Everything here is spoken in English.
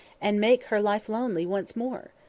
and make her life lonely once more!